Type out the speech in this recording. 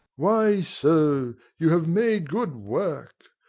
why, so you have made good work!